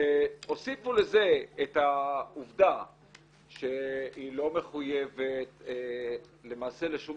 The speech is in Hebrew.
ותוסיפו לזה את העובדה שהיא לא מחויבת למעשה לשום